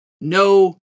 no